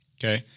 Okay